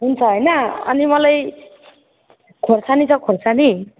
हुन्छ हैन अनि मलाई खोर्सानी छ खोर्सानी